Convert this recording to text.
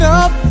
up